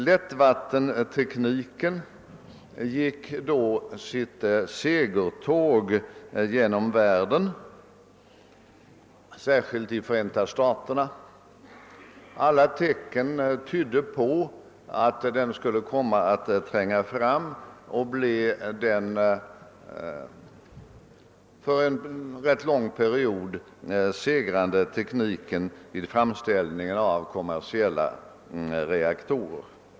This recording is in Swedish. Lättvattentekniken gick då sitt segertåg genom världen, särskilt i Förenta staterna. Alla tecken tydde på att den skulle komma att tränga fram och bli den för en ganska lång period segrande tekniken i framställningen av kommersiella reaktorer.